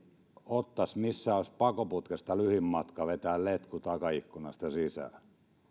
ottaisi missä olisi pakoputkesta lyhin matka vetää letku takaikkunasta sisään